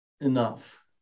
enough